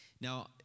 Now